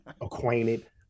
acquainted